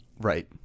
Right